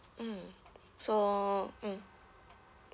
mm so mm